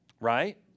Right